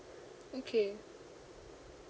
okay